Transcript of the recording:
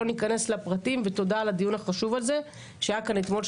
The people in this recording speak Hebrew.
לא ניכנס לפרטים ותודה על הדיון החשוב הזה שהיה כאן אתמול,